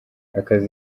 akazi